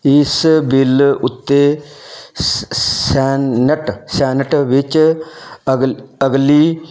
ਇਸ ਬਿਲ ਉੱਤੇ ਸ ਸੈਨਟ ਸੈਨੇਟ ਵਿੱਚ ਅਗ ਅਗਲੀ